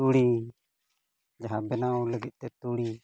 ᱛᱩᱲᱤ ᱡᱟᱦᱟᱸ ᱵᱮᱱᱟᱣ ᱞᱟᱹᱜᱤᱫᱼᱛᱮ ᱛᱩᱲᱤ